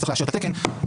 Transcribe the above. שצריך לאשר את התקן וכו'.